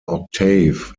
octave